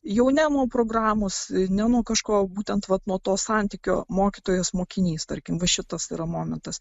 jau ne nuo programos ne nuo kažko o būtent vat nuo to santykio mokytojas mokinys tarkim va šitas yra momentas